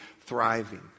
thriving